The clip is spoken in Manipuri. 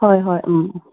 ꯍꯣꯏ ꯍꯣꯏ ꯎꯝ ꯎꯝ